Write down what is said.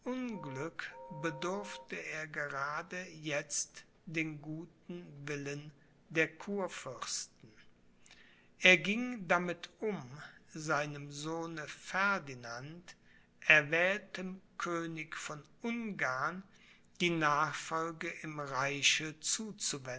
bedurfte er gerade jetzt den guten willen der kurfürsten er ging damit um seinem sohne ferdinand erwähltem könig von ungarn die nachfolge im reiche